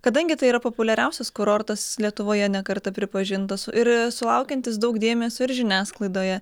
kadangi tai yra populiariausias kurortas lietuvoje ne kartą pripažintas ir sulaukiantis daug dėmesio ir žiniasklaidoje